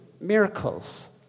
miracles